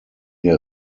der